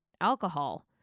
alcohol